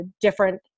different